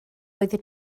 oeddet